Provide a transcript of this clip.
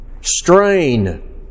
strain